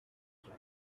right